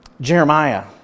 Jeremiah